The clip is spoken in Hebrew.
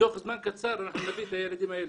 תוך זמן קצר אנחנו נביא את הילדים האלה.